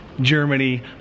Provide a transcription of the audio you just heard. Germany